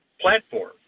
platform